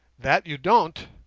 that you don't